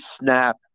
snap